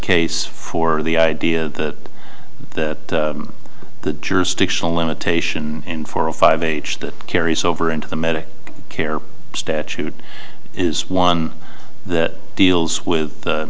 case for the idea that the jurisdictional limitation in four or five age that carries over into the medical care statute is one that deals with